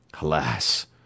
Alas